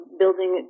building